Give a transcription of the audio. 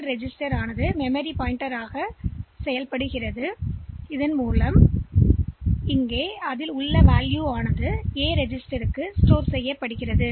L register memory சுட்டிக்காட்டியாக செயல்படுகிறது மேலும் அந்த மதிப்பு ஏ ரெஜிஸ்டர்செய்ய ஏற்றப்படுகிறது